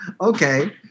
Okay